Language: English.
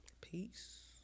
Peace